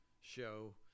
show